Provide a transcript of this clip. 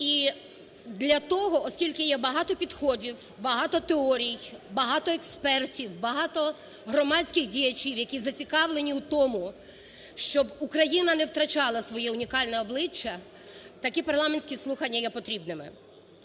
І для того, оскільки є багато підходів, багато теорій, багато експертів, багато громадських діячів, які зацікавлені у тому, щоб Україна не втрачала своє унікальне обличчя, такі парламентські слухання є потрібними.